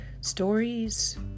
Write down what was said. stories